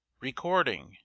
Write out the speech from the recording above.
Recording